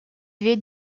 две